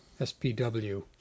SPW